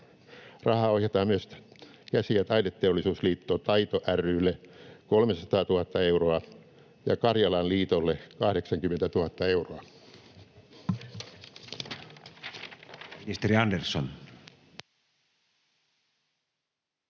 Rahaa ohjataan myös Käsi- ja Taideteollisuusliitto Taito ry:lle 300 000 euroa ja Karjalan Liitolle 80 000 euroa.